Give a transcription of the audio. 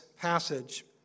passage